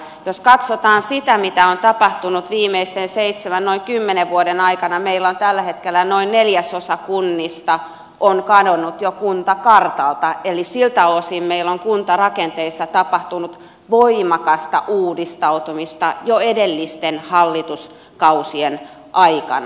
jos katsotaan sitä mitä on tapahtunut viimeisten seitsemän noin kymmenen vuoden aikana meillä on tällä hetkellä noin neljäsosa kunnista kadonnut jo kuntakartalta eli siltä osin meillä on kuntarakenteissa tapahtunut voimakasta uudistautumista jo edellisten hallituskausien aikana